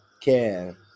Care